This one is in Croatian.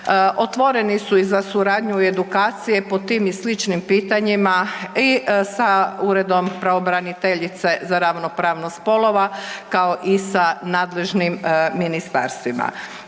Otvoreni su i za suradnju i edukacije po tim i sličnim pitanjima i sa Uredom pravobraniteljice za ravnopravnost spolova kao i sa nadležnim ministarstvima.